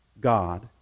God